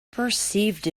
perceived